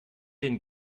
den